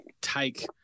take